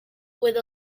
with